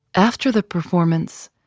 after the performance,